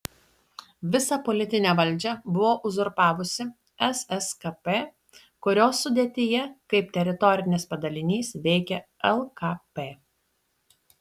visą politinę valdžią buvo uzurpavusi sskp kurios sudėtyje kaip teritorinis padalinys veikė lkp